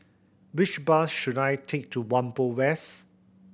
which bus should I take to Whampoa West